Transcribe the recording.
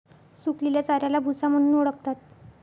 सुकलेल्या चाऱ्याला भुसा म्हणून ओळखतात